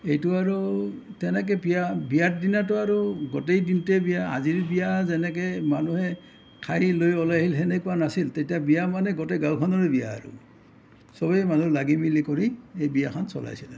এইটো আৰু তেনেকে বিয়া বিয়াৰ দিনাটো আৰু গোটেই দিনটোৱে বিয়া আজিৰ বিয়া যেনেকে মানুহে খাই লৈ ওলাই আহিল সেনেকুৱা নাছিল তেতিয়া বিয়া মানে গোটেই গাঁওখনৰে বিয়া আৰু চবেই মানুহ লাগি মেলি কৰি এই বিয়াখন চলাইছিল আৰু